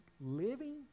Living